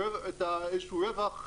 זאת אומרת,